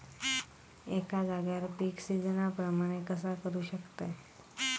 एका जाग्यार पीक सिजना प्रमाणे कसा करुक शकतय?